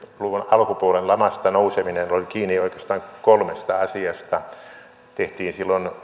luvun alkupuolen lamasta nouseminen oli kiinni oikeastaan kolmesta asiasta silloin